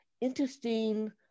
interesting